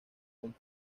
con